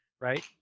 right